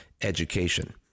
education